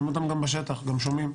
רואים אותם גם בשטח, גם שומעים.